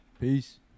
Peace